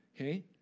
Okay